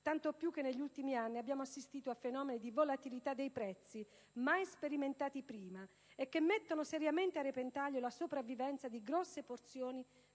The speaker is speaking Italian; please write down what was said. tanto più che negli ultimi anni abbiamo assistito a fenomeni di volatilità dei prezzi mai sperimentati prima che mettono seriamente a repentaglio la sopravvivenza di grosse porzioni